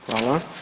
Hvala.